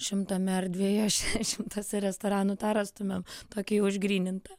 šimtame ar dviejuose šimtuose restoranų tą rastumėm tokį jau išgrynintą